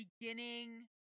beginning